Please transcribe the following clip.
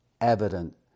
evident